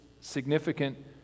significant